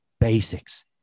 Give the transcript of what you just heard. basics